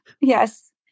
yes